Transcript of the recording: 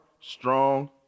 strong